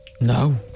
No